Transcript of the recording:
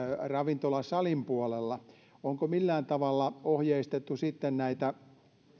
ravintolasalin puolella niin onko millään tavalla ohjeistettu näitä